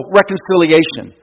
reconciliation